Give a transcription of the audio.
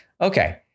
Okay